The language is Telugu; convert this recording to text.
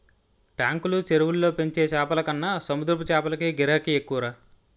టాంకులు, చెరువుల్లో పెంచే చేపలకన్న సముద్రపు చేపలకే గిరాకీ ఎక్కువరా